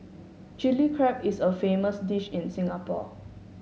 Chilli Crab is a famous dish in Singapore